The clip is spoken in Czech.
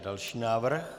Další návrh.